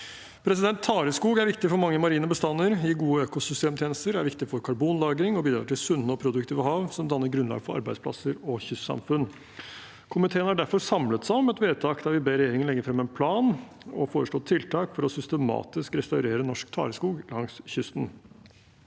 områdene. Tareskog er viktig for mange marine bestander i gode økosystemtjenester. Det er viktig for karbonlagring og bidrar til sunne og produktive hav som danner grunnlag for arbeidsplasser og kystsamfunn. Komiteen har derfor samlet seg om et vedtak der vi ber regjeringen legge fram en plan og foreslå tiltak for systematisk å restaurere norsk tareskog langs kysten.